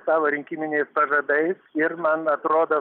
savo rinkiminiais pažadais ir man atrodo